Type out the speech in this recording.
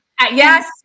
Yes